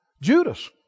Judas